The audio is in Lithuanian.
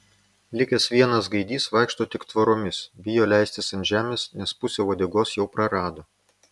likęs vienas gaidys vaikšto tik tvoromis bijo leistis ant žemės nes pusę uodegos jau prarado